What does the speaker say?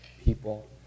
people